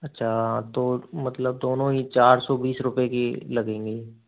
अच्छा तो मतलब दोनों ही चार सौ बीस रुपए की लगेंगी